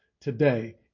today